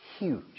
huge